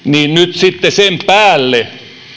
sitten sen päälle